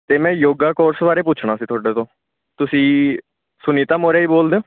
ਅਤੇ ਮੈਂ ਯੋਗਾ ਕੋਰਸ ਬਾਰੇ ਪੁੱਛਣਾ ਸੀ ਤੁਹਾਡੇ ਤੋਂ ਤੁਸੀਂ ਸੁਨੀਤਾ ਮੋਰਯਾ ਜੀ ਬੋਲਦੇ ਹੋ